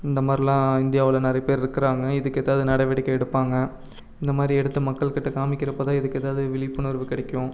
இந்தமாரிலாம் இந்தியாவில் நிறைய பேர் இருக்கிறாங்க இதுக்கு ஏதாவுது நடவடிக்கை எடுப்பாங்க இந்தமாதிரி எடுத்து மக்கள்கிட்ட காமிக்கிறப்போதான் இதுக்கு ஏதாவுது விழிப்புணர்வு கிடைக்கும்